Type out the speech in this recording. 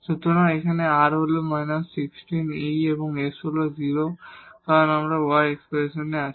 সুতরাং এখানে r হল −16 e এবং s হল 0 কারণ এখানে y এক্সপ্রেশনে আছে